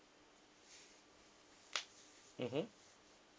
mmhmm